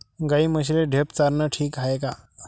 गाई म्हशीले ढेप चारनं ठीक हाये का?